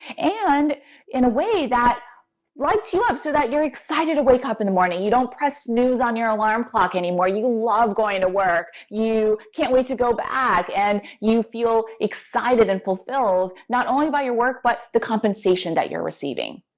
and in a way that lights you up, so that you're excited to wake up in the morning. you don't press snooze on your alarm clock anymore. you love going to work. you can't wait to go back. and you feel excited and fulfilled, not only by your work, but the compensation that you're receiving.